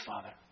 father